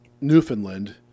Newfoundland